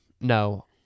No